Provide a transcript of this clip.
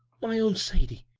my own sadie?